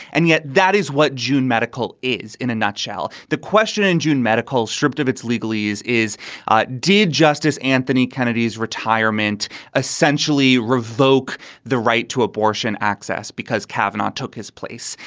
and yet that is what june medical is in a nutshell. the question in june, medical stripped of its legal ease is ah did justice anthony kennedy, is retirement essentially revoke the right to abortion access because kavanaugh took his place?